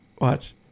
Watch